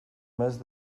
mes